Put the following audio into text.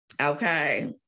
okay